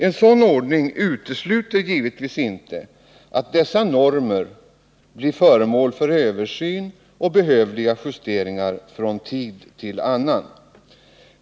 En sådan ordning utesluter givetvis inte att dessa normer blir 35 föremål för översyn och behövliga justeringar från tid till annan.